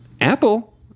Apple